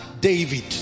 David